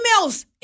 emails